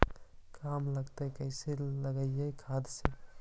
कम लागत कैसे लगतय खाद से?